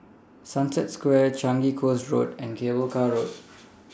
Sunset Square Changi Coast Road and Cable Car Road